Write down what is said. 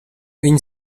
viņi